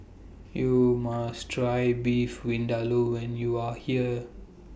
YOU must Try Beef Vindaloo when YOU Are here